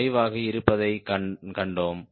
5 ஆக இருப்பதைக் கண்டோம்